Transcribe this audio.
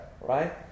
right